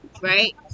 Right